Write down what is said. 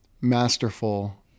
masterful